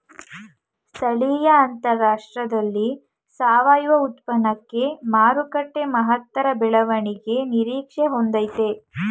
ಸ್ಥಳೀಯ ಅಂತಾರಾಷ್ಟ್ರದಲ್ಲಿ ಸಾವಯವ ಉತ್ಪನ್ನಕ್ಕೆ ಮಾರುಕಟ್ಟೆ ಮಹತ್ತರ ಬೆಳವಣಿಗೆ ನಿರೀಕ್ಷೆ ಹೊಂದಯ್ತೆ